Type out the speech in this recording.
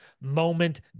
moment